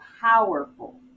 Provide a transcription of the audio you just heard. powerful